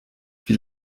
wie